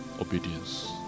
obedience